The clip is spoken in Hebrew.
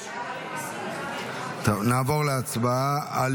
הסתייגות 25 א' הצבעה.